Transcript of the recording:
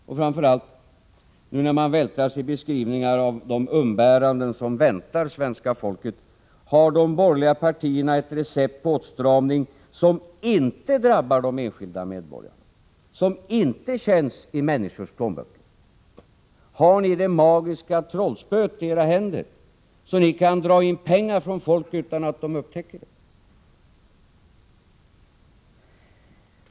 Och framför allt, nu när man väntar sig beskrivningar av de umbäranden som förestår för det svenska folket: Har de borgerliga partierna ett recept på åtstramning som inte drabbar de enskilda medborgarna, som inte känns i människors plånböcker? Har ni det magiska trollspöet i era händer, så att ni kan dra in pengar från människor utan att de upptäcker det?